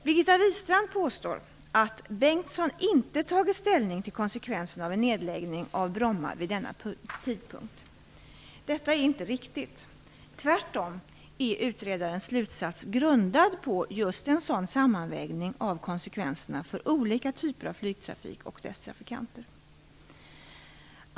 Birgitta Wistrand påstår att Marita Bengtsson inte tagit ställning till konsekvenserna av en nedläggning av Bromma vid denna tidpunkt. Detta är inte riktigt. Tvärtom är utredarens slutsats grundad på just en sådan sammanvägning av konsekvenserna för olika typer av flygtrafik och för dess trafikanter.